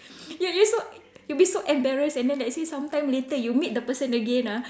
ya it's so you'd be so embarrassed and then let's say some time later you meet the person again ah